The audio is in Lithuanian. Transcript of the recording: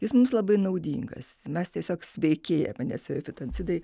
jis mums labai naudingas mes tiesiog sveikėjam nes yra fitoncidai